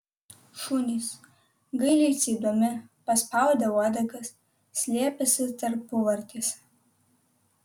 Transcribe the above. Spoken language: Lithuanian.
šunys gailiai cypdami paspaudę uodegas slėpėsi tarpuvartėse